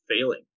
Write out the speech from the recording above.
failing